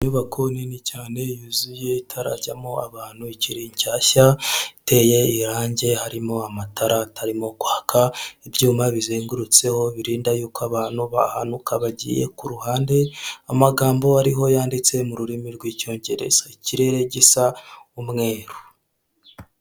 Inyubako nini cyane yuzuye itarajyamo abanturishyashya, iteye irangi harimo amatara arimo kwaka ibyuma bizengurutseho birinda y'uko abantu bahanuka bagiye ku ruhande, amagambo ariho yanditse mu rurimi rw'icyongereza ikirere gisa umweru.